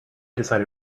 decided